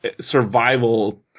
survival